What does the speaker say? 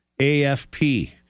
AFP